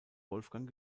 wolfgang